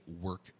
work